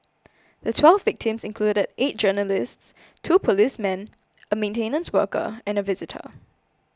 the twelve victims included eight journalists two policemen a maintenance worker and a visitor